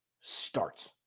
starts